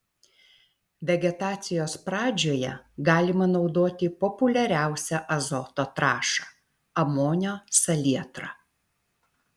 vegetacijos pradžioje galima naudoti populiariausią azoto trąšą amonio salietrą